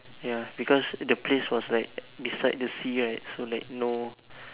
ya because the place was like beside the sea right so like no